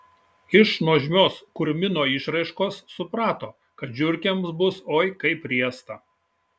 iš nuožmios kurmino išraiškos suprato kad žiurkėms bus oi kaip riesta